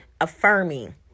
affirming